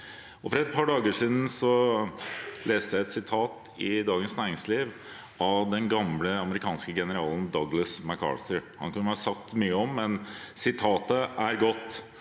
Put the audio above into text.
For et par dager siden leste jeg i Dagens Næringsliv et sitat av den gamle amerikanske generalen Douglas MacArthur. Han kunne jeg ha sagt mye om, og sitatet er godt: